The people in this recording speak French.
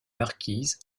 marquises